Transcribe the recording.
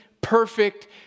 perfect